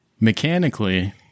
Mechanically